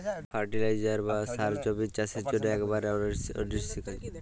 fertiliser বা সার জমির চাসের জন্হে একেবারে অনসীকার্য